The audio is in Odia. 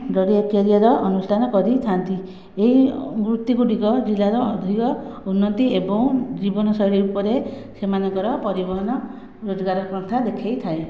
ବଢ଼ିଆ କ୍ୟାରିଅର ଅନୁଷ୍ଠାନ କରିଥାନ୍ତି ଏହି ବୃତ୍ତି ଗୁଡ଼ିକ ଜିଲ୍ଲାର ଅଧିକ ଉନ୍ନତି ଏବଂ ଜୀବନଶୈଳୀ ଉପରେ ସେମାନଙ୍କର ପରିବହନ ରୋଜଗାର ପ୍ରଥା ଦେଖେଇଥାଏ